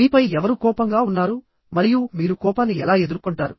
మీపై ఎవరు కోపంగా ఉన్నారు మరియు మీరు కోపాన్ని ఎలా ఎదుర్కొంటారు